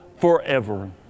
forever